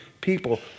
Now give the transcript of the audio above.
people